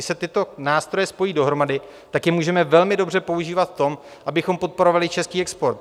Když se tyto nástroje spojí dohromady, tak je můžeme velmi dobře používat v tom, abychom podporovali český export.